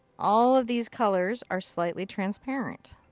all of these colors are slightly transparent.